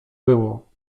było